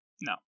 No